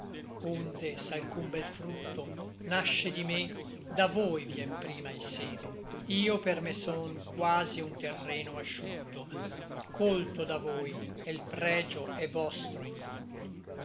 onde s'alcun bel frutto nasce di me da voi vien prima il seme io per me son quasi un terreno asciutto cólto da voi e l pregio è vostro in tutto